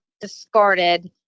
discarded